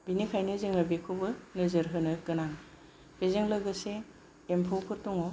बेनिखायनो जोङो बेखौबो नोजोर होनो गोनां बेजों लोगोसे एम्फौफोर दङ